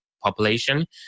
population